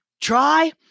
try